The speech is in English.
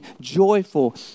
joyful